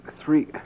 Three